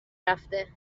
رفته